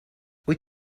wyt